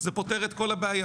זה פותר את כל הבעיה.